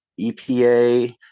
EPA